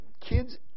kids